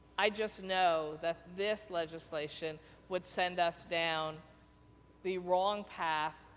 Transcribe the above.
i just know that this legislation would send us down the wrong path,